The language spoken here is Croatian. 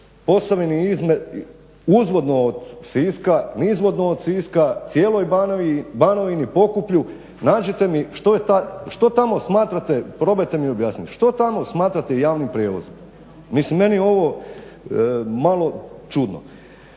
Posavini uzvodno od Siska, nizvodno od Siska, cijeloj Banovini, Pokuplju. Nađite mi što tamo smatrate, probajte mi objasniti što tamo smatrate javnim prijevozom. Mislim meni je ovo malo čudno.